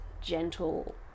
gentle